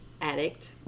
addict